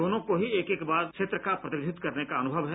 दोनों ही एक एक बार क्षेत्र का प्रतिनिदित्व करने का अनुमव है